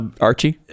Archie